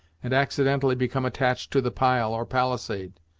and accidentally become attached to the pile, or palisade.